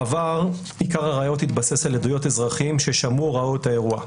בעבר עיקר הראיות התבסס על עדויות אזרחים ששמעו או ראו את האירוע.